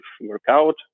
workout